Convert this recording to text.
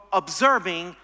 observing